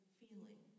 feeling